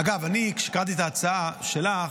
אגב, אני, כשקראתי את ההצעה שלך,